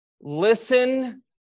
listen